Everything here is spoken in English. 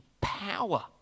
power